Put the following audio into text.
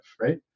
right